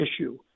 issue